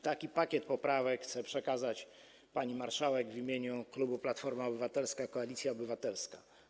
Taki pakiet poprawek chcę przekazać pani marszałek w imieniu klubu Platforma Obywatelska - Koalicja Obywatelska.